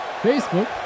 Facebook